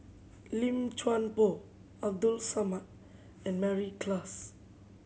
Lim Chuan Poh Abdul Samad and Mary Klass